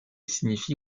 signifie